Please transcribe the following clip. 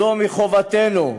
זו חובתנו,